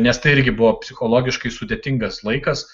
nes tai irgi buvo psichologiškai sudėtingas laikas